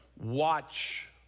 watch